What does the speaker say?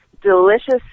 delicious